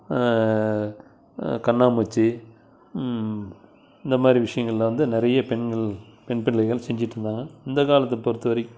கண்ணாமூச்சி இந்தமாதிரி விஷயங்கள்லாம் வந்து நிறைய பெண்கள் பெண் பிள்ளைகள் செஞ்சுட்டு இருந்தாங்க இந்தக் காலத்தை பொறுத்த வரை